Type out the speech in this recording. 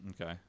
Okay